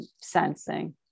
sensing